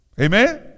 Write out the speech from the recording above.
Amen